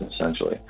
essentially